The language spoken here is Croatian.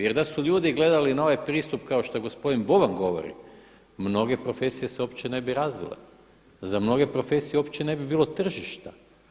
Jer da su ljudi gledali na ovaj pristup kao što gospodin Boban govori mnoge profesije se uopće ne bi razvile, za mnoge profesije uopće ne bi bilo tržišta.